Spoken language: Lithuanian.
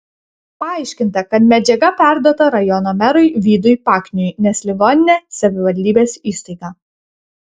paaiškinta kad medžiaga perduota rajono merui vydui pakniui nes ligoninė savivaldybės įstaiga